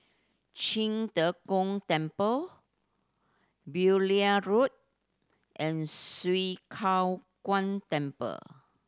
Qing De Gong Temple Beaulieu Road and Swee Kow Kuan Temple